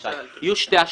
יהיו שתי השלכות.